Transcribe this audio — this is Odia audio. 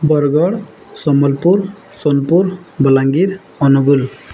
ବରଗଡ଼ ସମ୍ବଲପୁର ସୋନପୁର ବଲାଙ୍ଗୀର ଅନୁଗୁଳ